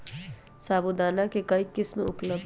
साबूदाना के कई किस्म उपलब्ध हई